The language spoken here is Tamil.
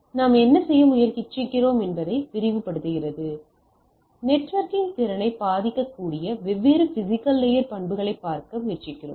இது நாம் என்ன செய்ய முயற்சிக்கிறோம் என்பதை விரிவுபடுத்துகிறது நெட்வொர்க்கிங் திறனை பாதிக்கக்கூடிய வெவ்வேறு பிஸிக்கல் லேயர் பண்புகளைப் பார்க்க முயற்சிக்கிறோம்